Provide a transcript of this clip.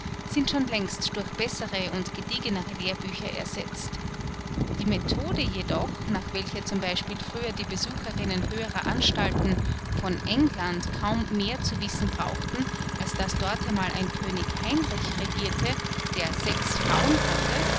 sind schon längst durch bessere und gediegenere lehrbücher ersetzt die methode jedoch nach welcher z b früher die besucherinnen höherer anstalten von england kaum mehr zu wissen brauchten als daß dort einmal ein könig heinrich regierte der sechs frauen hatte